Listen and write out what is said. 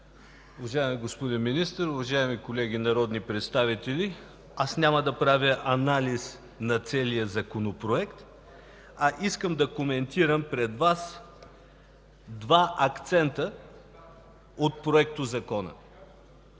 Уважаеми господин Министър, уважаеми колеги народни представители! Няма да правя анализ на целия Законопроект, а искам да коментирам пред Вас два акцента от него.